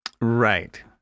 Right